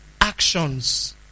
actions